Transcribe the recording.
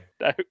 No